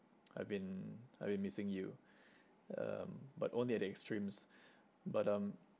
I've been I've been missing you um but only at the extremes but um